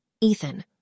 Ethan